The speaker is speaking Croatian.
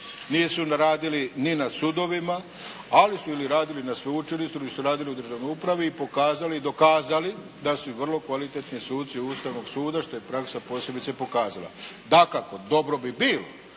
nisu radili ni na sudovima, ali su ili radili na sveučilištu ili su radili u državnoj upravi i pokazali i dokazali da su vrlo kvalitetni suci Ustavnog suda, što je praksa posebice pokazala. Dakako dobro bi bilo